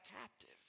captive